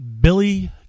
Billy